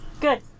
Good